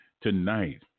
Tonight